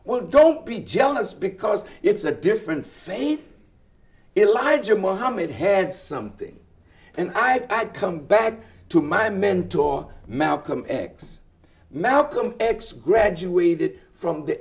well don't be jealous because it's a different faith ilagan mohammed had something and i come back to my mentor malcolm x malcolm x graduated from the